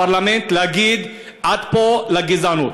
הפרלמנט יאמרו: עד פה לגזענות.